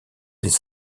des